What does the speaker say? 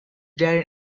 darren